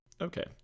okay